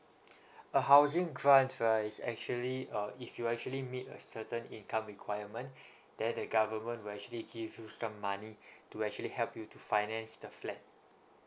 a housing grant right is actually uh if you actually meet a certain income requirement then the government will actually give you some money to actually help you to finance the flat